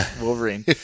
Wolverine